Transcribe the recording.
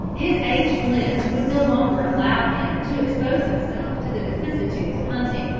his aged limbs would no longer allow him to expose himself to the vicissitudes of hunting,